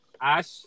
Ash